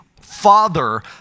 Father